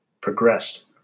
progressed